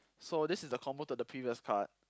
so this is a combo to the previous card